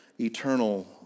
eternal